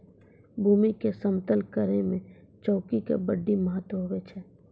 भूमी के समतल करै मे चौकी के बड्डी महत्व हुवै छै